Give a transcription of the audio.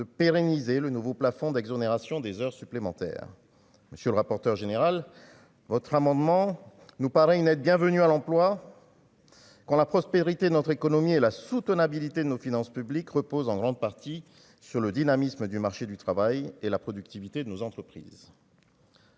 de pérenniser le nouveau plafond d'exonération des heures supplémentaires, monsieur le rapporteur général, votre amendement nous paraît une aide bienvenue à l'emploi quand la prospérité de notre économie et la soutenabilité de nos finances publiques repose en grande partie sur le dynamisme du marché du travail et la productivité de nos entreprises.